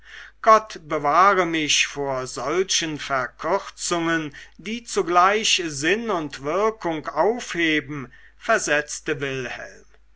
gott bewahre mich vor solchen verkürzungen die zugleich sinn und wirkung aufheben versetzte wilhelm